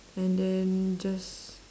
and then just